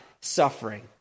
suffering